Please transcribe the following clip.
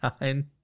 nine